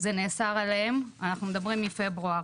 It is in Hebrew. זה נאסר עליהם, אנחנו מדברים מפברואר.